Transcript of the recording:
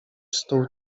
stół